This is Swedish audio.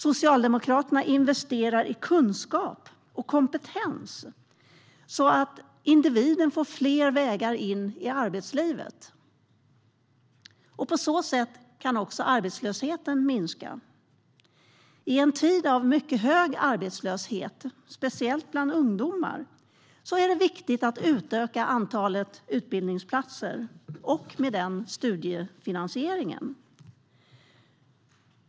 Socialdemokraterna investerar i kunskap och kompetens, så att individen får fler vägar in i arbetslivet. På så sätt kan också arbetslösheten minska. I en tid av mycket hög arbetslöshet, speciellt bland ungdomar, är det viktigt att utöka antalet utbildningsplatser samt studiefinansieringen.